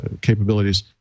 capabilities